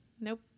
Nope